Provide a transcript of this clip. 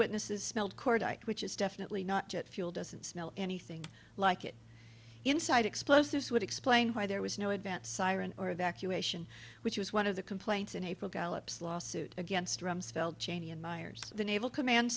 witnesses smelled core diet which is definitely not jet fuel doesn't smell anything like it inside explosives would explain why there was no advance siren or evacuation which was one of the complaints in april gallops lawsuit against rumsfeld cheney and myers the naval command